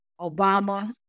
Obama